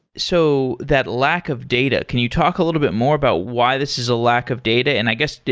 so that lack of data, can you talk a little bit more about why this is a lack of data. and i guess,